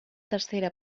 tercera